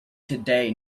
today